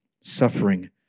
suffering